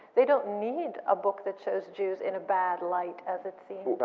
they don't need a book that shows jews in a bad light, as it seems.